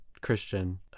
Christian